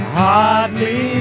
hardly